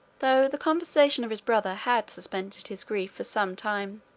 though the conversation of his brother had suspended his grief for some time,